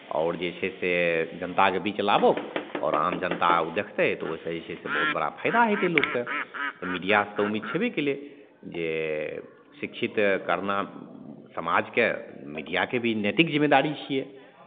आओर जे छै से जनताके बीच लाबहु आओर आम जनता ओ देखतै तऽ ओहिसँ जे छै से बहुत बड़ा फाइदा हेतै लोककेँ तऽ मीडियासँ तऽ उम्मीद छेबे कयलै जे शिक्षित करना समाजके मीडियाके भी नैतिक जिम्मेदारी छियै